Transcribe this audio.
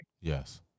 Yes